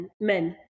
men